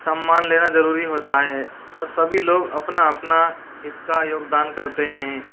सम्मान लेना ज़रूरी होता है और सभी लोग अपना अपना हित का योगदान करते हैं